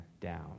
down